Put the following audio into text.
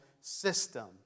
system